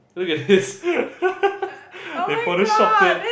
look at this they photoshopped it